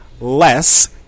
less